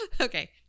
Okay